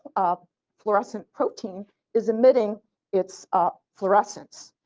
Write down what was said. um fluorescent from teen is emitting its ah fluorescence.